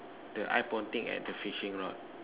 the eye pointing at the fishing rod